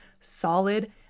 solid